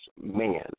man